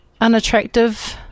unattractive